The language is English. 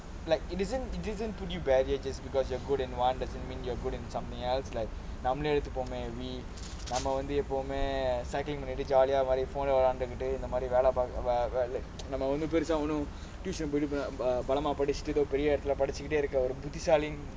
like it isn't it isn't to new barrier just because you are good at one doesn't mean you are good at something else like நாமளே எப்போமே நாம எப்போதுமே:naamaalae eppomae naama eppothumae cycling பண்ணிட்டு:pannittu jolly ah phone விளையாடிட்டு இந்த மாரி வேலை பார்க்கலாமே நம்ப ஒன்னும் பெருசா:vilaiyaadittu intha maari velai paarkamae naama onnum perusaa tuition போயிட்டு பலமா படிச்சிகிட்டே இல்லையே புத்திசாலி:poyittu balamaa padichittu illai buthisaali